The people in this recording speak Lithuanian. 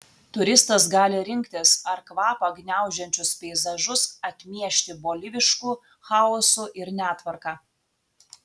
turistas gali rinktis ar kvapą gniaužiančius peizažus atmiešti bolivišku chaosu ir netvarka